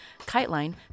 KiteLine